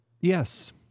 Yes